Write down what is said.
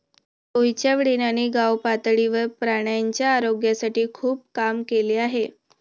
रोहितच्या वडिलांनी गावपातळीवर प्राण्यांच्या आरोग्यासाठी खूप काम केले आहे